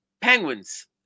Penguins